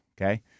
okay